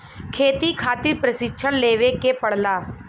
खेती खातिर प्रशिक्षण लेवे के पड़ला